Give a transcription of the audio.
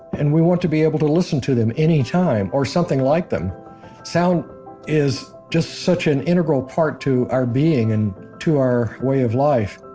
and we want to be able to listen to them anytime, or something like them sound is just such an integral part to our being and to our way of life